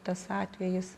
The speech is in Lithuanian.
tas atvejis